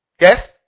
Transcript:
Yes